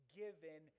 given